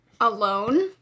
alone